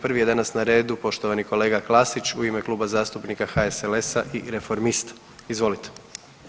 Prvi je danas na redu poštovani kolega Klasić u ime Kluba zastupnika HSLS-a i reformista, izvolite.